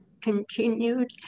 continued